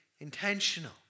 intentional